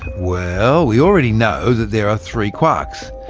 well, we already know there are three quarks.